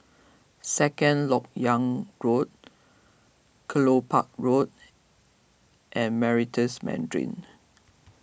Second Lok Yang Road Kelopak Road and Meritus Mandarin